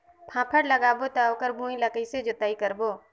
फाफण लगाबो ता ओकर भुईं ला कइसे जोताई करबो?